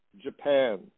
Japan